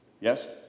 Yes